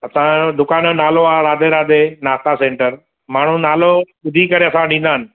असांजो दुकान जो नालो आहे राधे राधे नास्ता सेंटर माण्हूं नालो ॿुधी करे असां वटि ईंदा आहिनि